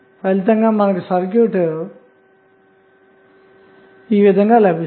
ఫలితంగా మనకు సర్క్యూట్ ఈ విధంగా లభిస్తుంది